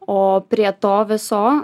o prie to viso